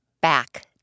back